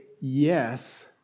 yes